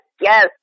yes